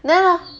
then hor